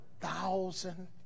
thousand